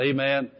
Amen